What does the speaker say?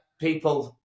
people